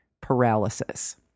paralysis